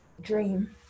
dream